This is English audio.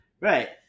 Right